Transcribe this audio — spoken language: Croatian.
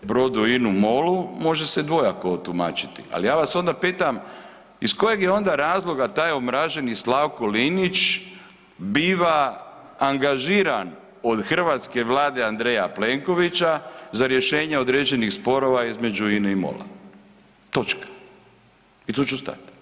INU MOL-u može se dvojako otumačiti, ali ja vas onda pitam, iz kojega je onda razloga taj omraženi Slavko Linić biva angažiran od hrvatske Vlade Andreja Plenkovića za rješenje određenih sporova između INE i MOL-a, točka i tu ću stat.